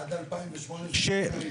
עד 2008 זה היה אפשרי.